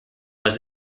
was